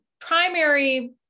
primary